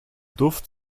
duft